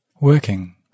Working